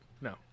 No